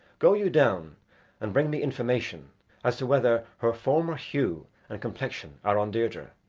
go you down and bring me information as to whether her former hue and complexion are on deirdre.